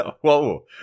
Whoa